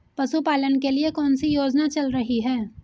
पशुपालन के लिए कौन सी योजना चल रही है?